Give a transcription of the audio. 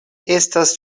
estas